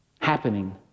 Happening